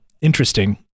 interesting